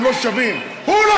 הוא לא